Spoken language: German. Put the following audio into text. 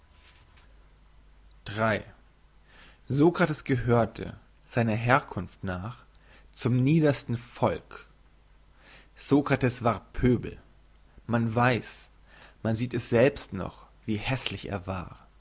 sokrates gehörte seiner herkunft nach zum niedersten volk sokrates war pöbel man weiss man sieht es selbst noch wie hässlich er war